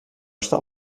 star